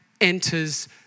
enters